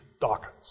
Dawkins